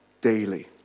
daily